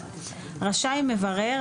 רשאי מברר,